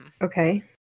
Okay